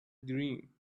dream